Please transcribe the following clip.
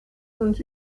und